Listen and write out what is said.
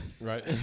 Right